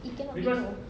it cannot be no